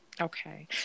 Okay